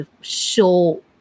show